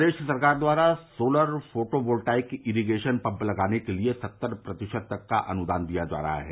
प्रदेश सरकार द्वारा solar photovoltaic irrigation pump लगाने के लिए सत्तर प्रतिशत तक का अनुदान दिया जा रहा है